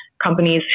companies